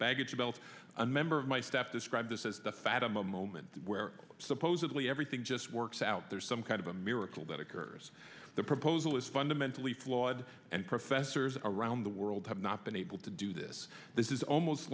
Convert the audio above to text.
baggage belt a member of my staff describe this as a fad a moment where supposedly everything just works out there's some kind of a miracle that occurs the proposal is fundamentally flawed and professors around the world have not been able to do this this is almost